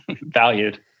valued